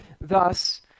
thus